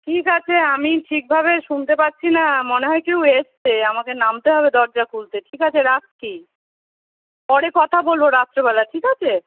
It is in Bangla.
ঠিক আছে আমি ঠিকভাবে শুনতে পারছি না মনে হয় কেউ এসেছে আমাকে নামতে হবে দরজা খুলতে ঠিক আছে রাখছি পরে কথা বলবো রাত্রিবেলা ঠিক আছে